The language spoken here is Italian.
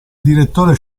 direttore